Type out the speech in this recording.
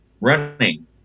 running